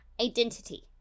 identity